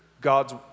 God's